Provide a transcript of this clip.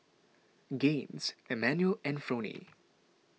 Gaines Emanuel and Fronie